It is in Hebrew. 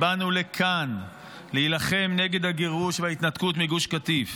באנו לכאן להילחם נגד הגירוש וההתנתקות מגוש קטיף.